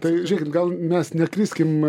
tai žiūrėkit gal mes nekriskim